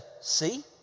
see